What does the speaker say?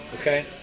okay